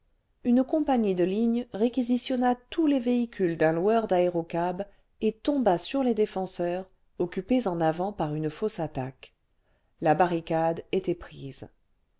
une compagnie de ligne réquisitionna tous les véhicules d'un loueur d'aérocabs et tomba sur les défenseurs occupés en avant par une fausse attaque la barricade était prise